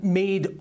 made